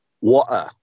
water